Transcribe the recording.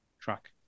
track